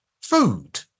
food